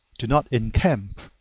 do not encamp.